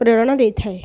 ପ୍ରେରଣା ଦେଇଥାଏ